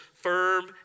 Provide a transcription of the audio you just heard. firm